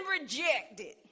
rejected